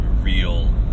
real